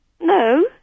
No